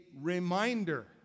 reminder